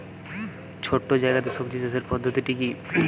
ছোট্ট জায়গাতে সবজি চাষের পদ্ধতিটি কী?